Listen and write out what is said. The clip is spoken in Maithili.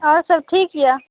आओर सभ ठीक यऽ